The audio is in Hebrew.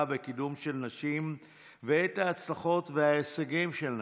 בקידום של נשים ואת ההצלחות וההישגים של נשים,